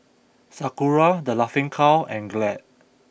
Sakura The Laughing Cow and Glad